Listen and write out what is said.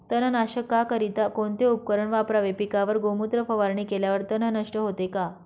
तणनाशकाकरिता कोणते उपकरण वापरावे? पिकावर गोमूत्र फवारणी केल्यावर तण नष्ट होते का?